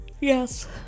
Yes